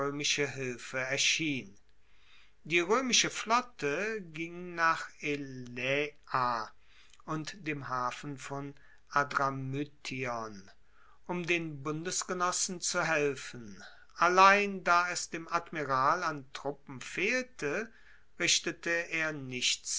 hilfe erschien die roemische flotte ging nach elaea und dem hafen von adramyttion um den bundesgenossen zu helfen allein da es dem admiral an truppen fehlte richtete er nichts